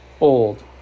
old